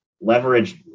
leverage